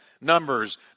Numbers